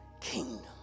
kingdom